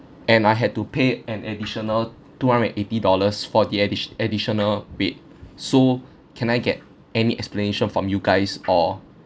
and I had to pay an additional two hundred and eighty dollars for the additi~ additional weight so can I get any explanation from you guys or